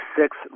six